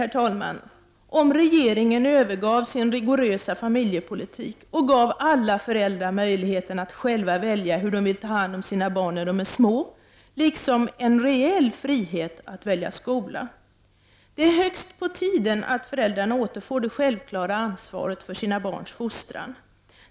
Hur vore det om regeringen övergav sin rigorösa familjepolitik och gav alla föräldrar möjligheten att själva välja hur de vill ta hand om sina barn när dessa är små liksom en reell frihet att välja skola? Det är högt på tiden att föräldrarna återfår det självklara ansvaret för sina barns fostran.